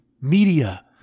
media